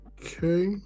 okay